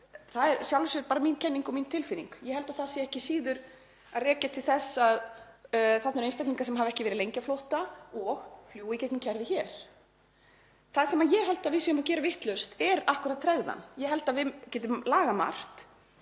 Það er í sjálfu sér bara mín kenning og mín tilfinning en ég held að ekki sé síður hægt að rekja þetta til þess að þarna eru einstaklingar sem hafa ekki verið lengi á flótta og fljúga í gegnum kerfið hér. Það sem ég held að við séum að gera vitlaust er akkúrat tregðan. Ég held að við getum lagað margt,